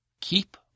Keep